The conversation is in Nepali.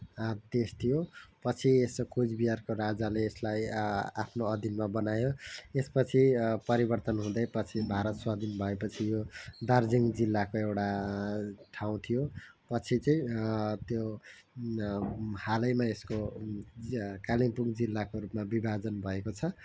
देश थियो पछि यसो कुचबिहारको राजाले यसलाई आफ्नो अधीनमा बनायो यसपछि परिवर्तन हुँदै पछि भारत स्वाधीन भएपछि यो दार्जिलिङ जिल्लाको एउटा ठाउँ थियो पछि चाहिँ त्यो हालैमा यसको कालिम्पोङ जिल्लाको रूपमा विभाजन भएको छ